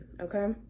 okay